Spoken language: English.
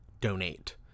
donate